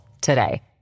today